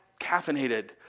caffeinated